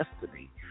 destiny